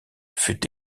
fut